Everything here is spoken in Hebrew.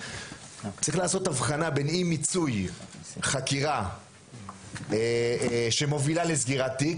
צריך לעשות הבחנה בין אי מיצוי חקירה שמובילה לסגירת תיק,